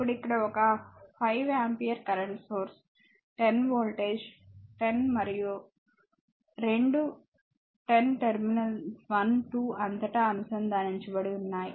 ఇప్పుడు ఇక్కడ ఒక 5 ఆంపియర్ కరెంట్ సోర్స్ 10 వోల్టేజ్ 10 మరో 10 రెండూ టెర్మినల్ 1 2 అంతటా అనుసంధానించబడి ఉన్నాయి